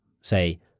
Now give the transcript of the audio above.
Say